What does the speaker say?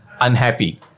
unhappy